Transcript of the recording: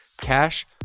Cash